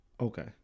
Okay